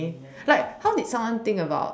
like how did someone think about